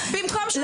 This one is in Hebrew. אז